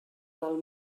del